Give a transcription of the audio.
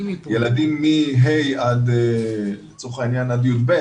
ילדים מ-ה' עד י"ב,